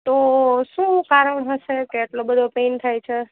તો શું કારણ હશે કે એટલો બધો પેઇન થાય છે